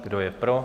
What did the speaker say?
Kdo je pro?